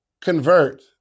convert